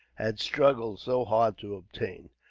had struggled so hard to obtain.